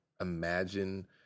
imagine